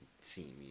seeing